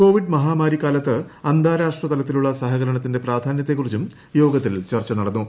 Covid മഹാമാരിക്കാലത്ത് ് അന്താരാഷ്ട്ര തലത്തിലുള്ള സഹകരണത്തിന്റെ പ്രാധ്യാന്യത്തെക്കുറിച്ചും യോഗത്തിൽ ചർച്ച നടന്നു